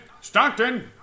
Stockton